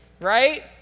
right